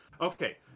Okay